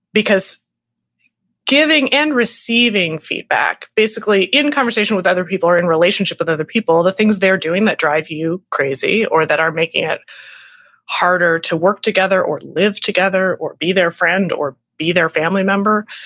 because giving and receiving feedback basically in conversation with other people or in relationship with other people, the things they're doing that drives you crazy or that are making it harder to work together or live together or be their friend or be their family member.